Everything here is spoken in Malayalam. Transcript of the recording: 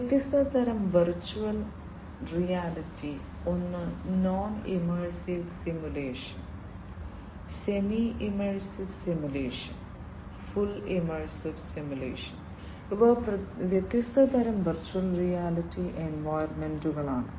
വ്യത്യസ്ത തരം വെർച്വൽ റിയാലിറ്റി ഒന്ന് non immersive simulation semi immersive simulation full immersive simulation ഇവ വ്യത്യസ്ത തരം വെർച്വൽ റിയാലിറ്റി എൻവയോൺമെന്റുകളാണ്